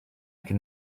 can